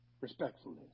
respectfully